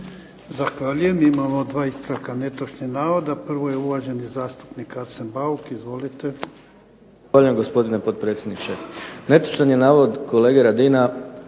Zahvaljujem. Imamo 2 ispravka netočnih navoda. Prvo je uvaženi zastupnik Arsen Bauk, izvolite. **Bauk, Arsen (SDP)** Zahvaljujem gospodine potpredsjedniče. Netočan je navod kolege Radina